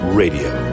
radio